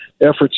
efforts